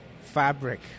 fabric